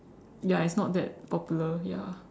ya it's not that popular ya